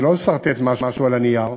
זה לא לסרטט משהו על הנייר.